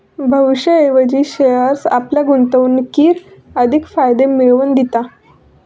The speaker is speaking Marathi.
भविष्याऐवजी शेअर्स आपल्या गुंतवणुकीर अधिक फायदे मिळवन दिता